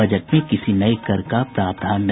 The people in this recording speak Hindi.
बजट में किसी नये कर का प्रावधान नहीं